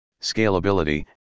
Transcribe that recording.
scalability